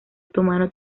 otomano